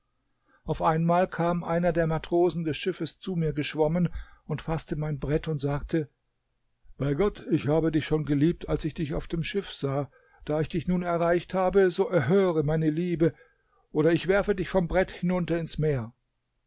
auf einmal kam einer der matrosen des schiffes zu mir geschwommen und faßte mein brett und sagte bei gott ich habe dich schon geliebt als ich dich auf dem schiff sah da ich dich nun erreicht habe so erhöre meine liebe oder ich werfe dich vom brett herunter ins meer